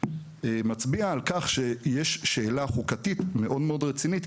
מצביע על כך שיש שאלה חוקתית מאוד מאוד רצינית,